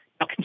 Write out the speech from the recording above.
Now